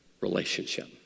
Relationship